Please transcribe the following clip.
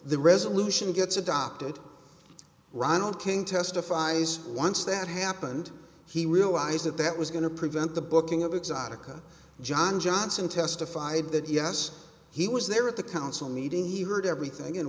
the resolution gets adopted ronald king testifies once that happened he realized that that was going to prevent the booking of exotica john johnson testified that yes he was there at the council meeting he heard everything and